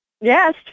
Yes